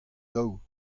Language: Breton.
daou